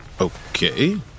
Okay